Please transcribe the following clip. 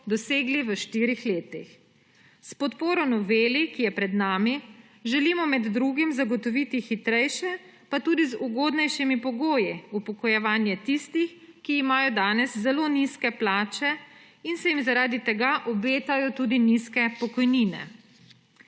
dosegli v štirih letih. S podporo noveli, ki je pred nami, želimo med drugim zagotoviti hitrejše – pa tudi z ugodnejšimi pogoji – upokojevanje tistih, ki imajo danes zelo nizke plače in se jim zaradi tega obetajo tudi nizke pokojnine.